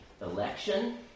Election